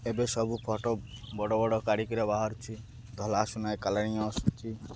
ଏବେ ସବୁ ଫଟୋ ବଡ଼ ବଡ଼ କାଢ଼ିକିରି ବାହାରୁଛି ଆସୁଛି